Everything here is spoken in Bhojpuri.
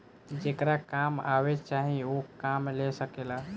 जेकरा काम अब्बे चाही ऊ काम ले सकेला